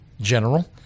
General